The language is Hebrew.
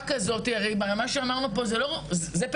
כזאת הרי ברמה שאמרנו פה זה פדופיליה,